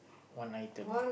one item